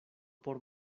por